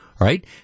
right